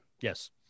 Yes